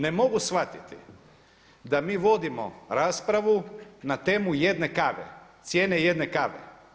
Ne mogu shvatiti da mi vodimo raspravu na temu jedne kave, cijene jedne kave.